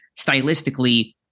Stylistically